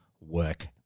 work